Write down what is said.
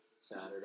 Saturday